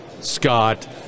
Scott